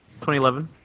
2011